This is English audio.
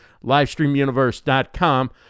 LivestreamUniverse.com